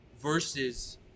Versus